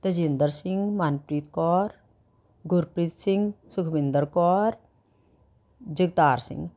Tejinder Singh Manpreet Kaur Gurpreet Singh Sukhwinder Kaur Jagtar Singh